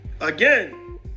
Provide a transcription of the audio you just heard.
again